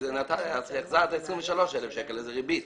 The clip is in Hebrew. אז החזרת 23,000 שקלים וזאת ריבית.